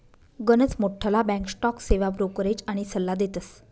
गनच मोठ्ठला bank stock सेवा ब्रोकरेज आनी सल्ला देतस